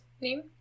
name